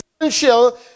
essential